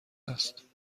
است